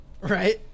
Right